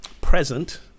present